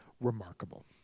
remarkable